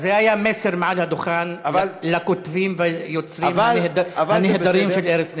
זה היה מסר מעל הדוכן לכותבים והיוצרים הנהדרים של "ארץ נהדרת".